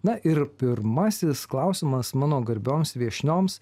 na ir pirmasis klausimas mano garbioms viešnioms